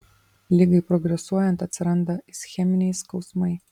ligai progresuojant atsiranda ischeminiai skausmai